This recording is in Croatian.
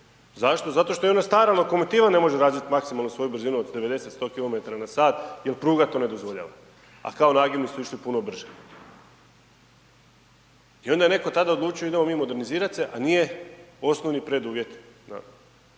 Zašto? Zato što i ona stara lokomotiva ne može razviti maksimalno svoju brzinu od 90, 100 km na sat jer pruga to ne dozvoljava, a kao nagibni su išli puno brže. I onda je netko tada odlučio idemo mi modernizirat se, a nije osnovni preduvjet